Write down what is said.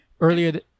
Earlier